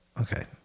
Okay